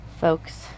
folks